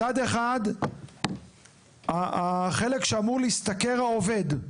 צד אחד החלק שאמור להשתכר העובד.